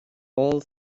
all